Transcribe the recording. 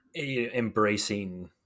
embracing